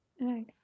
Right